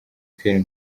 pierre